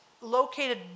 located